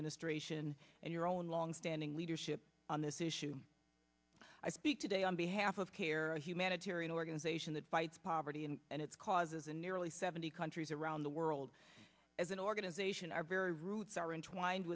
administration and your own longstanding leadership on this issue i speak today on behalf of care a humanitarian organization that fights poverty and and its causes and nearly seventy countries around the world as an organization our very roots are intertwined